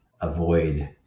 avoid